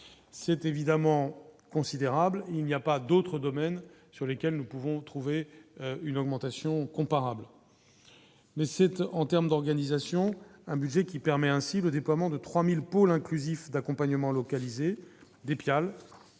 C'est évidemment considérable, il n'y a pas d'autres domaines sur lesquels nous pouvons trouver une augmentation comparable, mais cette en termes d'organisation, un budget qui permet ainsi le déploiement de 3000 pôles inclusifs d'accompagnement localisé des